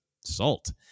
salt